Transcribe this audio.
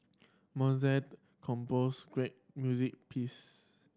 Mozart composed great music piece